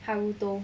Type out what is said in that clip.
haruto